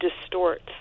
distorts